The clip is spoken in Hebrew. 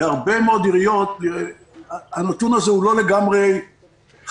בהרבה מאוד עיריות הנתון הזה הוא לא לגמרי חלק.